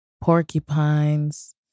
Porcupines